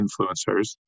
influencers